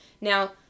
Now